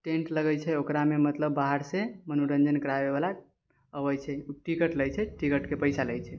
tent लगै छै ओकरामे मतलब बाहरसँ मनोरञ्जन कराबैवला अबै छै टिकट लै छै टिकटके पैसा लै छै